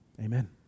Amen